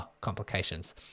complications